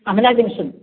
Amala junction